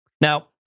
Now